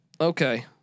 Okay